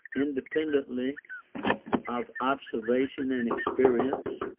independently of observation and experience,